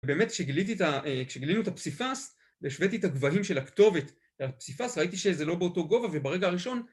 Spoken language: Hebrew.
ובאמת כשגילינו את הפסיפס, והשוויתי את הגבהים של הכתובת והפסיפס, ראיתי שזה לא באותו גובה וברגע הראשון